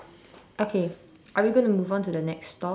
okay are we going to move on to the next stall